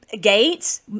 Gates